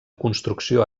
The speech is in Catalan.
construcció